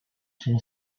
son